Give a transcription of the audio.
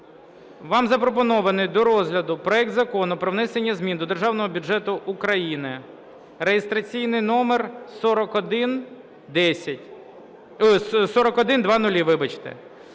вам запропонований до розгляду проект Закону про внесення змін до Бюджетного кодексу України (реєстраційний номер 4100).